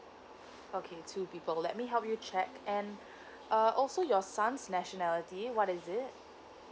okay two people let me help you check and uh also your son's nationality what is it